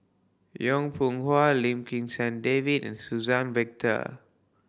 Yong Pung How Lim Kim San David and Suzann Victor